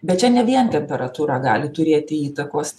bet čia ne vien temperatūra gali turėti įtakos